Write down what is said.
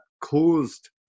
caused